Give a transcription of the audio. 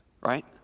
right